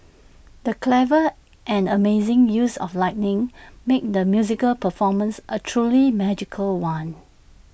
the clever and amazing use of lighting made the musical performance A truly magical one